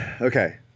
Okay